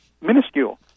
minuscule